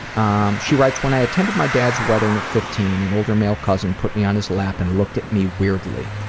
um she writes when i attended my dad's wedding at fifteen, an older male cousin put me on his lap and looked at me weirdly,